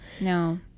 No